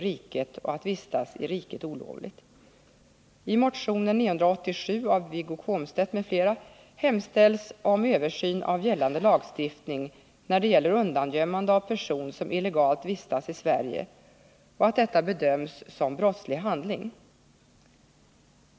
detta skall bedömas som brottslig handling.